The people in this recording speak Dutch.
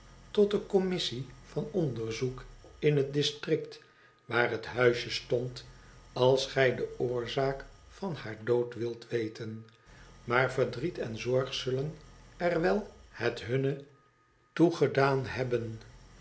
tot de commissie van onderzoek m het district waar het huisje stond als gij de oorzaak van haar dood wilt weten maar verdriet en zorg zullen er wel het hunne toe gedaan hebben